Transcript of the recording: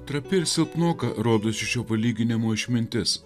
trapi ir silpnoka rodosi šio palyginimo išmintis